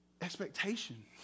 expectation